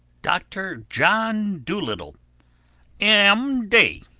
doctor john dolittle m. d.